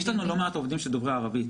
יש לנו לא מעט עובדים דוברי ערבית.